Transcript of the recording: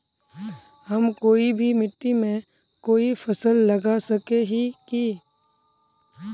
हम कोई भी मिट्टी में कोई फसल लगा सके हिये की?